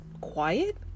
quiet